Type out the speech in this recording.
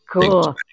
Cool